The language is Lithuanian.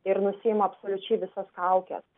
ir nusiima absoliučiai visas kaukes